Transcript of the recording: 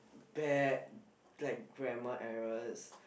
bad like grammar errors